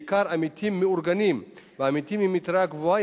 בעיקר עמיתים מאורגנים ועמיתים עם יתרה גבוהה